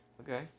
Okay